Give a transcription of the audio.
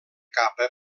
capa